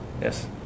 Yes